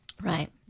Right